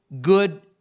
good